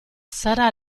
sarà